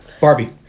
Barbie